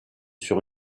sur